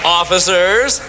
officers